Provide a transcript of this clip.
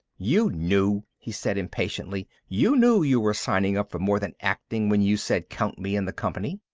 you knew! he said impatiently. you knew you were signing up for more than acting when you said, count me in the company